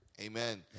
Amen